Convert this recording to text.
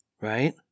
Right